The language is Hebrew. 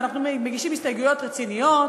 ואנחנו מגישים הסתייגויות רציניות,